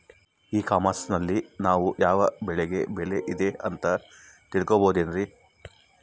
E commerce ನಲ್ಲಿ ನಾವು ಯಾವ ಬೆಳೆಗೆ ಬೆಲೆ ಇದೆ ಅಂತ ತಿಳ್ಕೋ ಬಹುದೇನ್ರಿ?